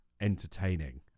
entertaining